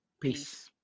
peace